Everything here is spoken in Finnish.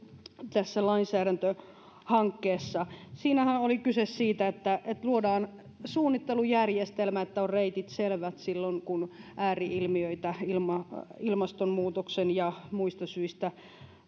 tässä lainsäädäntöhankkeessa siinähän oli kyse siitä että luodaan suunnittelujärjestelmä että reitit ovat selvät silloin kun ääri ilmiöitä ilmastonmuutoksen vuoksi ja muista syistä